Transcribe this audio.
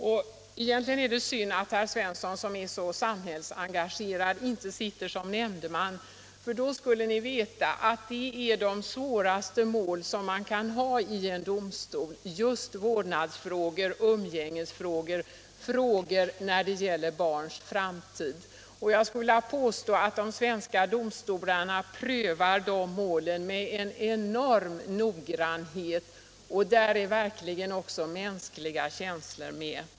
Egentligen är det synd att herr Svensson som är så samhällsengagerad inte sitter som nämndeman, för då skulle han veta att vårdnadsfrågorna, umgängesfrågorna, frågor där det gäller barns framtid är det svåraste mål man kan ha i en domstol. Jag skulle vilja påstå att de svenska domstolarna prövar de målen med en enorm noggrannhet, och där är verkligen också mänskliga känslor med.